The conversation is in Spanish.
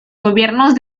gobiernos